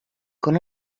con